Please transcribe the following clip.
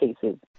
cases